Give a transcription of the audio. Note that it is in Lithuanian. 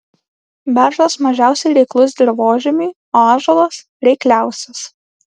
beržas mažiausiai reiklus dirvožemiui o ąžuolas reikliausias